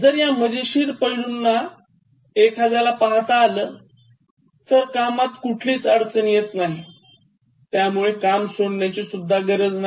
जर या मजेशीर पैलूंना जर एखाद्याला पाहता आल तर कामात कुठलीच अडचण येत नाही त्यामुळे काम सोडण्याची सुद्धा गरज नाही